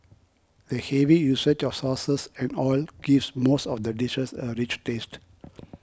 the heavy usage of sauces and oil gives most of the dishes a rich taste